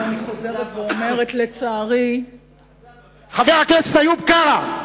אני חוזרת ואומרת, חבר הכנסת איוב קרא.